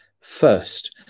First